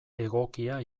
egokia